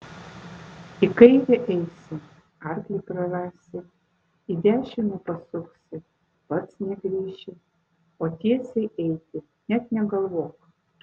į kairę eisi arklį prarasi į dešinę pasuksi pats negrįši o tiesiai eiti net negalvok